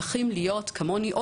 צריכים להיות כמוני,